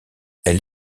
elle